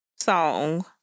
song